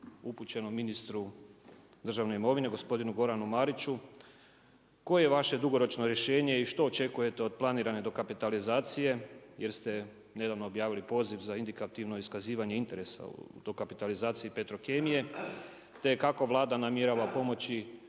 upućeno ministru državne imovine gospodinu Goranu Mariću. Koje je vaše dugoročno rješenje i što očekujete od planirane dokapitalizacije jer ste nedavno objavili poziv za indikativno iskazivanje interesa dokapitalizacije Petrokemije, te kako Vlada namjerava pomoći